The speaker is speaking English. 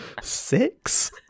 Six